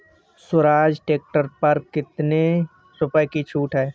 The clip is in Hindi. स्वराज ट्रैक्टर पर कितनी रुपये की छूट है?